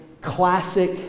classic